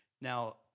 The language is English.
Now